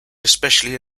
especially